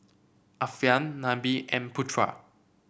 Alfian Nabil and Putra